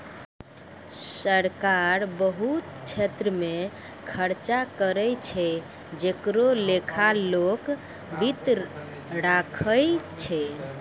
सरकार बहुत छेत्र मे खर्चा करै छै जेकरो लेखा लोक वित्त राखै छै